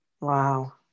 Wow